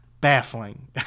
Baffling